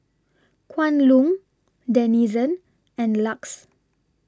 Kwan Loong Denizen and LUX